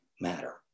matter